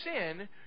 sin